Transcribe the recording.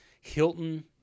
Hilton